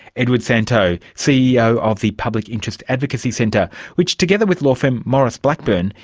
edward santow, ceo of the public interest advocacy centre which, together with law firm maurice blackburn,